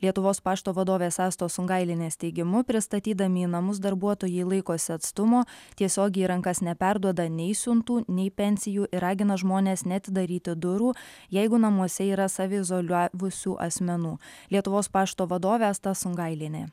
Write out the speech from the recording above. lietuvos pašto vadovės astos sungailienės teigimu pristatydami į namus darbuotojai laikosi atstumo tiesiogiai į rankas neperduoda nei siuntų nei pensijų ir ragina žmones neatidaryti durų jeigu namuose yra save izoliavusių asmenų lietuvos pašto vadovė asta sungailienė